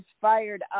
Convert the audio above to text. fired